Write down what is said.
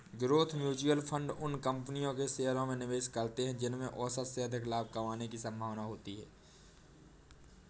growth mutual fund उन कंपनियों के शेयरों में निवेश करते हैं जिनमें औसत से अधिक लाभ की संभावना होती है